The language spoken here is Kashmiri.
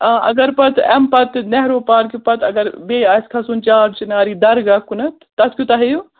آ اگر پَتہٕ اَمہِ پَتہٕ نہرو پارکہِ پَتہٕ اگر بیٚیہِ آسہِ کھَسُن چار چِناری درگاہ کُنَتھ تَتھ کوٗتاہ ہیٚیِو